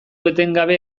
etengabe